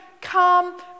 come